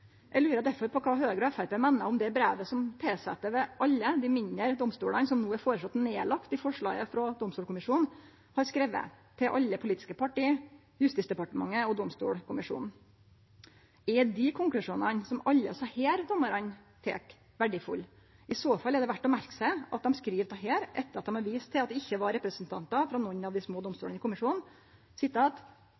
Eg lurer derfor på kva Høgre og Framstegspartiet meiner om det brevet som tilsette ved alle dei mindre domstolane som no er føreslått nedlagde i forslaget frå Domstolkommisjonen, har skrive til alle politiske parti, Justisdepartementet og Domstolkommisjonen. Er dei konklusjonane som alle desse dommarane trekk, verdifulle? I så fall er det verdt å merke seg det dei skriv her, etter at dei har vist til at det ikkje var representantar frå nokon av dei små